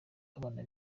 abana